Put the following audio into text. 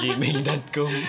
Gmail.com